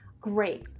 Great